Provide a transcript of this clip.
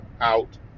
out